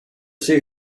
see